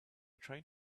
trying